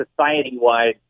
society-wide